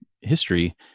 history